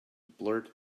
blurt